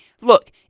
Look